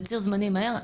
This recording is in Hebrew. בציר זמנים מהר.